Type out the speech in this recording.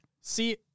See